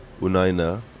Unaina